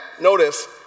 notice